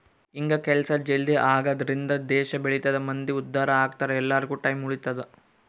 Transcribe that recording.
ಹಿಂಗ ಕೆಲ್ಸ ಜಲ್ದೀ ಆಗದ್ರಿಂದ ದೇಶ ಬೆಳಿತದ ಮಂದಿ ಉದ್ದಾರ ಅಗ್ತರ ಎಲ್ಲಾರ್ಗು ಟೈಮ್ ಉಳಿತದ